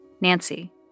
Nancy